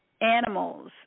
animals